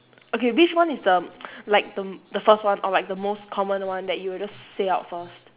okay which one is the like the the first one or like the most common one that you will just say out first